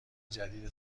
جدید